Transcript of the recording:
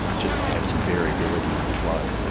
just to have some variability in the flow.